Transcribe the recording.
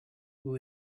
who